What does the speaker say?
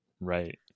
Right